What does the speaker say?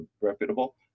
reputable